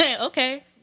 Okay